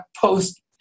post